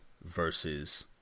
versus